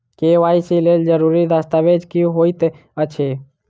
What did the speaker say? KYC लेल जरूरी दस्तावेज की होइत अछि?